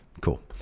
Cool